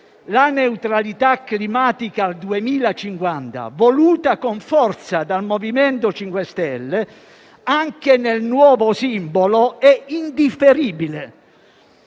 La neutralità climatica al 2050, voluta con forza dal MoVimento 5 Stelle, anche nel nuovo simbolo, è indifferibile.